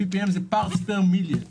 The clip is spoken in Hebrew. ppm זה parts per million.